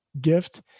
gift